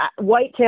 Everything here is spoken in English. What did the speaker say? Whitetail